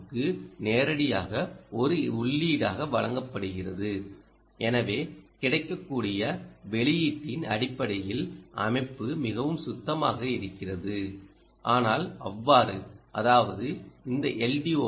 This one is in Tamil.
ஓ க்கு நேரடியாக ஒரு உள்ளீடாக வழங்கப்படுகிறது எனவே கிடைக்கக்கூடிய வெளியீட்டின் அடிப்படையில் அமைப்பு மிகவும் சுத்தமாக இருக்கிறது ஆனால் அவ்வாறு அதாவது இந்த எல்